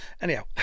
Anyhow